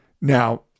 Now